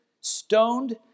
stoned